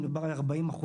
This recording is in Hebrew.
מדובר על 40%,